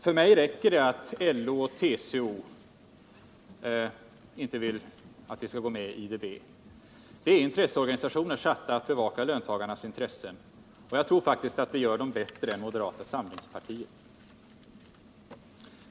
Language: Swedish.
För mig räcker det att LO och TCO inte vill att vi skall gå med i IDB. De är intresseorganisationer, satta att bevaka löntagarnas intressen, och jag tror faktiskt att de gör det bättre än moderata samlingspartiet.